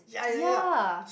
ya